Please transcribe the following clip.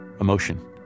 emotion